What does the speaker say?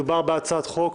מדובר בהצעת חוק